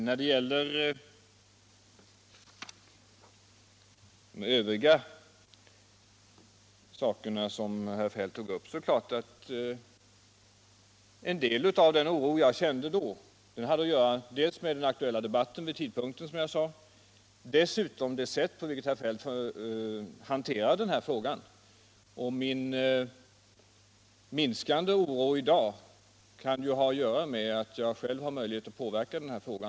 När det gäller de övriga frågor som herr Feldt tog upp är det klart att en del av den oro jag kände då inte bara hade att göra med den aktuella debatten vid den tidpunkt som det gällde utan också med det sätt på vilket herr Feldt hanterade denna fråga. Min minskande oro i dag kan ju ha att göra med att jag själv har möjlighet att påverka denna fråga.